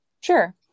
Sure